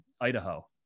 Idaho